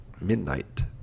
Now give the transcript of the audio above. midnight